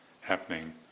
happening